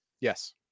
Yes